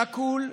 שקול,